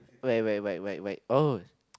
wait wait wait wait wait oh